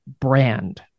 brand